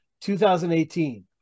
2018